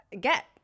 get